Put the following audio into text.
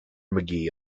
magee